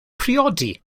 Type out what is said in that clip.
priodi